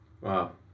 Wow